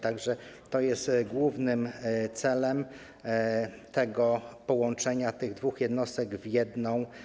Tak że to jest głównym celem połączenia tych dwóch jednostek w jedną.